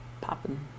Popping